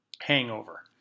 hangover